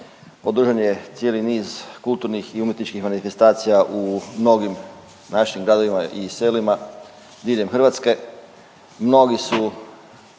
održan je cijeli niz kulturnih i umjetničkih manifestacija u mnogim našim gradovima i selima diljem Hrvatske.